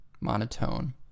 monotone